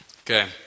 Okay